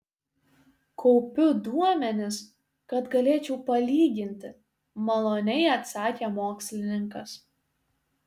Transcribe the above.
kaupiu duomenis kad galėčiau palyginti maloniai atsakė mokslininkas